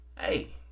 hey